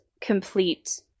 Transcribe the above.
complete